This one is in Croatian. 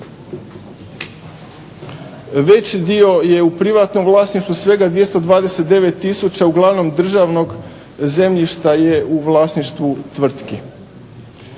Veći dio je u privatnom vlasništvu, svega 229 tisuća uglavnom državnog zemljišta je u vlasništvu tvrtki.